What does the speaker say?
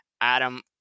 Adam